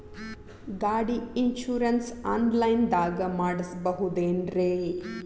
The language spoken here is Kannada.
ಗಾಡಿ ಇನ್ಶೂರೆನ್ಸ್ ಆನ್ಲೈನ್ ದಾಗ ಮಾಡಸ್ಬಹುದೆನ್ರಿ?